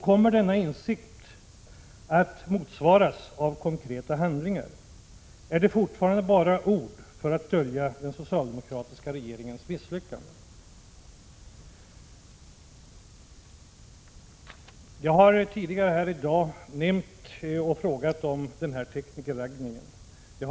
Kommer denna insikt att motsvaras av konkreta handlingar, eller är detta bara ord för att dölja den socialdemokratiska regeringens misslyckanden? Jag har tidigare nämnt teknikerraggningen, men jag har inte fått något som helst svar på mina frågor i det sammanhanget.